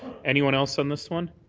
anyone else on this one?